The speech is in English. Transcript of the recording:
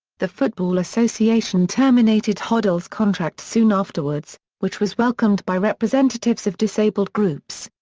the football association terminated hoddle's contract soon afterwards, which was welcomed by representatives of disabled groups.